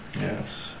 Yes